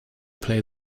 play